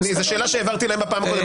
זאת שאלה שהעברתי להם בפעם הקודמת.